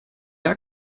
air